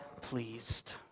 pleased